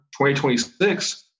2026